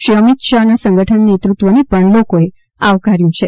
શ્રી અમીતશાહના સંગઠન નેતૃત્વને પણ લોકોએ આવકાર્યું છે